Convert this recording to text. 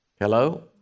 hello